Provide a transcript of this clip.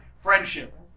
friendship